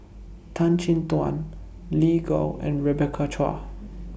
Tan Chin Tuan Lin Gao and Rebecca Chua